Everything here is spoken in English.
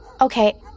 Okay